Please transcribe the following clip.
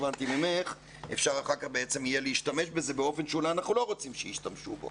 הבנתי ממך יהיה להשתמש בזה באופן שאולי אנחנו לא רוצים שישתמשו בו.